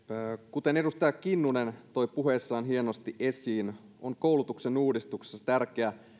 kuten edustaja kinnunen toi puheessaan hienosti esiin on koulutuksen uudistuksessa tärkeä